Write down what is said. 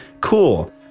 cool